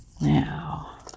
Now